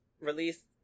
release